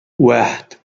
واحد